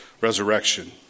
resurrection